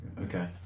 Okay